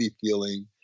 feeling